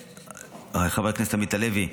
חבר הכנסת עמית הלוי,